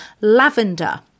lavender